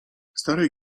stary